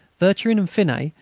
vercherin and finet,